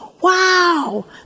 Wow